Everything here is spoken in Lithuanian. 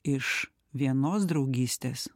iš vienos draugystės